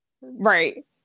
Right